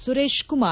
Suresh Kumar